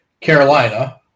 Carolina